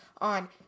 on